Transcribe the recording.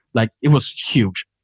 like it was huge.